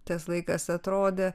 tas laikas atrodė